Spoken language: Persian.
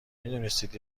میدونستید